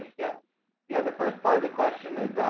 yeah yeah, the first part of the questions is,